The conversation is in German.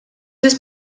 ist